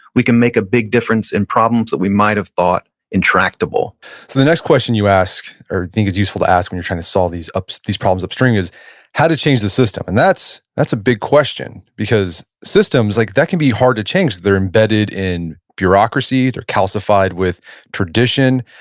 we can make a big difference in problems that we might have thought intractable so the next question you ask or you think is useful to ask when you're trying to solve these ah these problems upstream is how to change the system. and that's that's a big question because systems like that can be hard to change. they're embedded in bureaucracy, they're calcified with tradition,